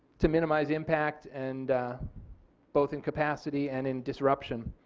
to minimize the impact and both incapacity and in disruption.